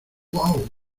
uau